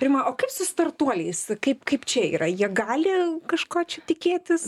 rima o kaip su startuoliais kaip kaip čia yra jie gali kažko čia tikėtis